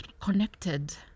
connected